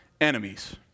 enemies